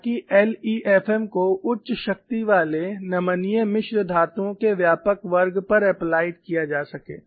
ताकि एलईऍफ़एम् को उच्च शक्ति वाले नमनीय मिश्र धातुओं के व्यापक वर्ग पर एप्लाइड किया जा सके